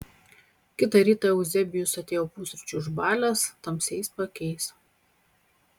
kitą rytą euzebijus atėjo pusryčių išbalęs tamsiais paakiais